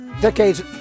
decades